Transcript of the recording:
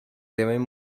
deben